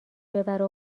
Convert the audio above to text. ببره